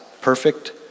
perfect